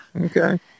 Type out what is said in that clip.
Okay